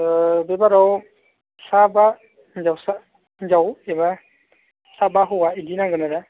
ओह बेबाराव साबा हिन्जावसा हिन्जाव एबा साबा हौवा बिदि नांगोन आरो